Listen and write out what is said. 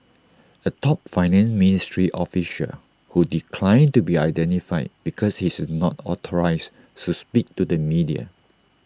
A top finance ministry official who declined to be identified because he is not authorised so speak to the media